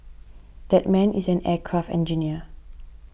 that man is an aircraft engineer